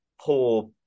poor